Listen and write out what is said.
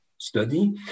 study